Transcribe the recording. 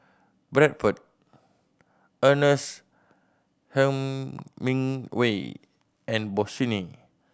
Bradford Ernest Hemingway and Bossini